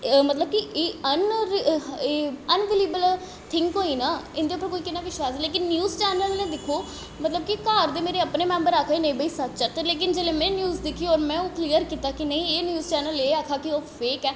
मतलब कि एह् अनरि एह् अनबलीबेबल थिंग होई ना इं'दे पर कोई कि'यां बिश्वास करै लेकिन न्यूज चैनल ने दिक्खो मतलब कि घर दे मेरे अपने मैम्बर आखा दे हे भाई सच ते लेकिन जेल्लै में न्यूज दिक्खी होर में ओह् क्लियर कीता कि नेईं एह् न्यूज चैनल एह् आखा दा एह् फेक ऐ